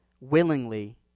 willingly